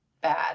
bad